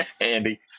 Andy